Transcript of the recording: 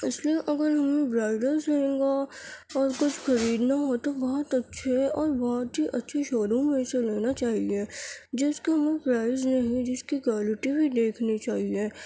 اس لیے اگر ہم برایڈلس لہنگا اور کچھ خریدنا ہوتو بہت اچھے اور بہت ہی اچھی شو روم میں سے لینا چاہیے جس کی پرائز نہیں جس کی کوالٹی بھی دیکھنی چاہیے